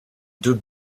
deux